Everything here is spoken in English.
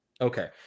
Okay